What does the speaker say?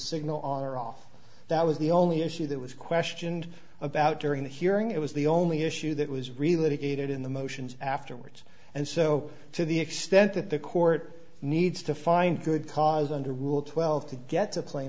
signal on or off that was the only issue that was questioned about during the hearing it was the only issue that was really that aided in the motions afterwards and so to the extent that the core needs to find good cause under rule twelve to get to pla